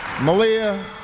Malia